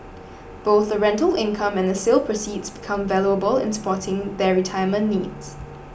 both the rental income and the sale proceeds become valuable in supporting their retirement needs